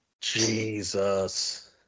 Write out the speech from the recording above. Jesus